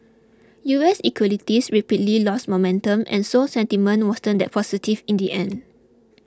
U S equities rapidly lost momentum and so sentiment wasn't that positive in the end